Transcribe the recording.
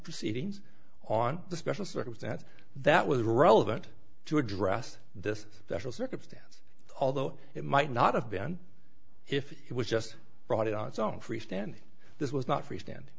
proceedings on the special circumstance that was relevant to address this the actual circumstance although it might not have been if it was just brought it on its own free stand this was not free stand